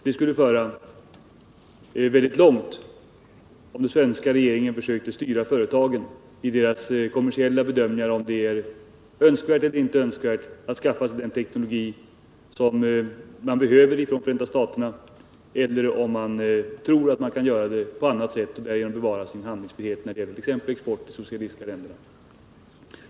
Det skulle föra väldigt långt, om den svenska regeringen försökte styra företagen i deras kommersiella bedömningar av om det är önskvärt eller inte önskvärt att från Förenta staterna skaffa sig den teknologi som man behöver eller av om man kan skaffa sig denna teknologi på annat håll och därigenom bevara sin handlingsfrihet när det gäller t.ex. export till de socialistiska länderna.